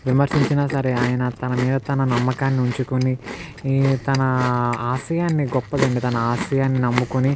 విమర్శించినా సరే ఆయన తనమీద తన నమ్మకాన్ని ఉంచుకొని తన ఆశయాన్ని గొప్పదండి తన ఆశయాన్ని నమ్ముకొని